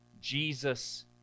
Jesus